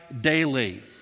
daily